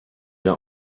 der